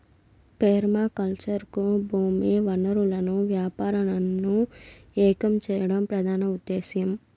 permaculture కు భూమి వనరులను పర్యావరణంను ఏకం చేయడం ప్రధాన ఉదేశ్యం